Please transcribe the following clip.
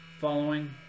following